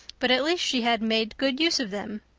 but at least she had made good use of them.